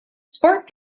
sport